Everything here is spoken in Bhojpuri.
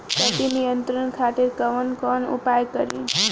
कीट नियंत्रण खातिर कवन कवन उपाय करी?